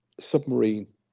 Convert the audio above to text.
submarine